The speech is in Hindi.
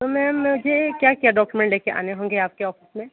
तो मैम मुझे क्या क्या डॉक्यूमेंट लेके आने होंगे आपके ऑफिस में